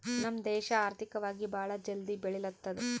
ನಮ್ ದೇಶ ಆರ್ಥಿಕವಾಗಿ ಭಾಳ ಜಲ್ದಿ ಬೆಳಿಲತ್ತದ್